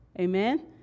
Amen